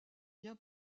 bien